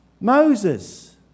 Moses